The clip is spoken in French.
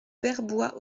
vertbois